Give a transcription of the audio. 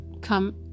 come